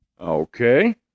Okay